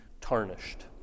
tarnished